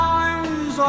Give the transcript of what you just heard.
eyes